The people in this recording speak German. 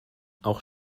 auch